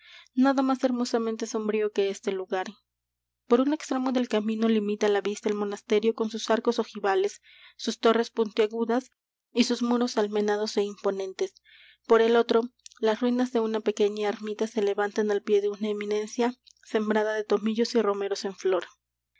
nada más hermosamente sombrío que este lugar por un extremo del camino limita la vista el monasterio con sus arcos ojivales sus torres puntiagudas y sus muros almenados é imponentes por el otro las ruinas de una pequeña ermita se levantan al pie de una eminencia sembrada de tomillos y romeros en flor